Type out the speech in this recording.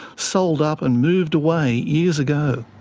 sold up and moved away years ago.